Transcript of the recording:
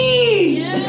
eat